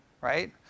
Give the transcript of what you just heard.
right